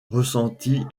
ressentie